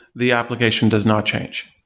the application does not change.